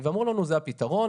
אמרו לנו זה הפתרון.